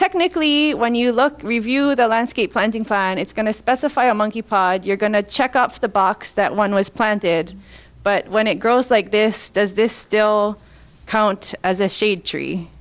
technically when you look at review the landscape planting fine it's going to specify a monkey pod you're going to check up the box that one was planted but when it grows like this does this still count as a shade tree